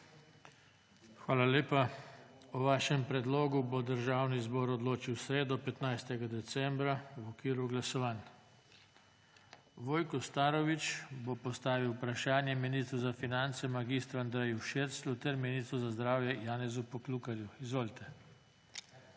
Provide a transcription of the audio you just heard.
Hvala lepa. O vašem predlogu bo Državni zbor odločil v sredo, 15. decembra, v okviru glasovanj. Vojko Starović bo postavil vprašanje ministru za finance mag. Andreju Širclju ter ministru za zdravje Janezu Poklukarju. Izvolite.